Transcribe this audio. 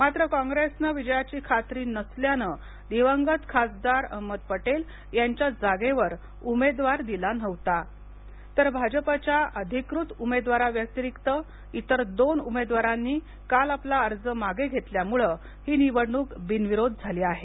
मात्र कॉंग्रेसने विजयाची खात्री नसल्याने दिवंगत खासदार अहमद पटेल यांच्या जागेवर उमेदवार दिला नव्हता तर भाजपच्या अधिकृत उमेद्वाराव्यातिरिक्त इतर दोन उमेदवारांनी काल आपला अर्ज मागे घेतल्याने हि निवडणूक बिनविरोध झाली आहे